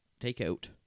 takeout